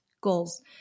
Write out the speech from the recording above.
goals